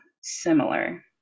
similar